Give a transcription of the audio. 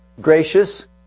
gracious